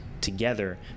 together